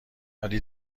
ولی